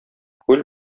күл